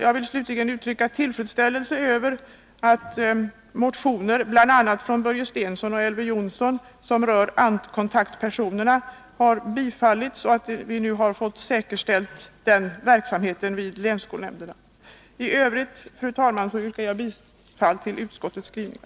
Jag vill slutligen uttrycka min tillfredsställelse med att motionerna, bl.a. av Börje Stensson och Elver Jonsson, som rör ANT kontaktpersonerna har tillstyrkts och att den verksamheten vid länsskolnämnderna därmed kommer att säkerställas. Jag yrkar därmed bifall till utskottets hemställan.